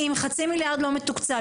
שאמור להיות מתוקצב